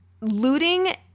looting